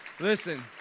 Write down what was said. Listen